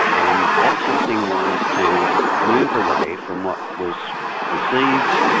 and that something was to move away from what was perceived,